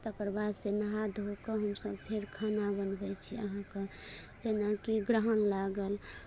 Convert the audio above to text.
तकर बादसँ नहा धोइ कऽ हमसभ फेर खाना बनबै छी अहाँकेँ जेनाकि ग्रहण लागल